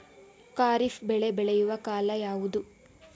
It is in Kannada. ಖಾರಿಫ್ ಬೆಳೆ ಬೆಳೆಯುವ ಕಾಲ ಯಾವುದು?